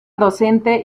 docente